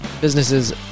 businesses